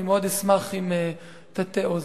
אני מאוד אשמח אם תטה אוזן.